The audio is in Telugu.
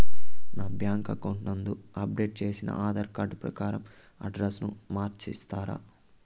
నా బ్యాంకు అకౌంట్ నందు అప్డేట్ చేసిన ఆధార్ కార్డు ప్రకారం అడ్రస్ ను మార్చిస్తారా?